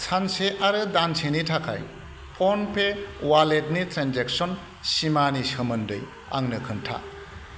सानसे आरो दानसेनि थाखाय फनपे वालेटनि ट्रेन्जेक्सन सिमानि सोमोन्दै आंनो खोन्था